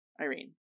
Irene